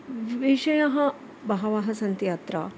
विषयाः बहवः सन्ति अत्र